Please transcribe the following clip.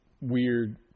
weird